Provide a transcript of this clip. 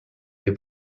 più